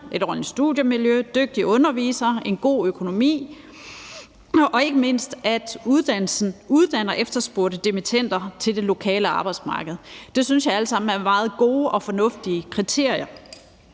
et ordentligt studiemiljø, dygtige undervisere, en god økonomi og ikke mindst om, at uddannelsen uddanner efterspurgte dimittender til det lokale arbejdsmarked. Det synes jeg alt sammen er meget gode og fornuftige kriterier.